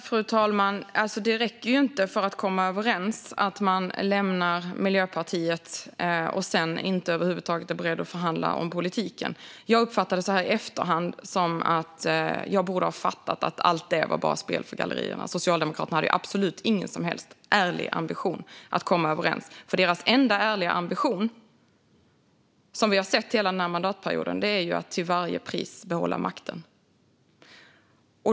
Fru talman! För att komma överens räcker det inte att man lämnar Miljöpartiet om man sedan över huvud taget inte är beredd att förhandla om politiken. Jag uppfattar det så här i efterhand som att jag borde ha fattat att allt bara var spel för gallerierna. Socialdemokraterna hade ingen som helst ärlig ambition att komma överens. Den enda ärliga ambition vi sett från dem hela den här mandatperioden är att till varje pris behålla makten.